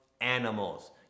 animals